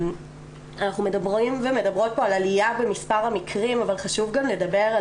אנחנו מדברים ומדברות על עלייה במספר המקרים אבל חשוב גם לדבר על